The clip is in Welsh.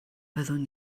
byddwn